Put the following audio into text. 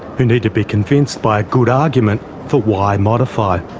who need to be convinced by a good argument for why modify,